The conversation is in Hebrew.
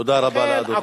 תודה רבה לאדוני.